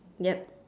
yup